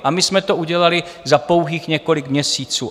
A my jsme to udělali na pouhých několik měsíců.